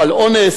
פה על שוד,